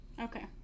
Okay